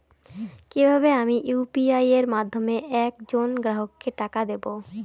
কিভাবে আমি ইউ.পি.আই এর মাধ্যমে এক জন গ্রাহককে টাকা দেবো?